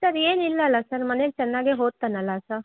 sir ಏನಿಲ್ಲಲ್ಲ sir ಮನೇಲಿ ಚೆನ್ನಾಗೇ ಓದ್ತಾನಲ್ಲ ಸರ್